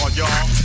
y'all